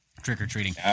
trick-or-treating